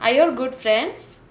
are you all good friends